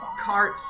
cart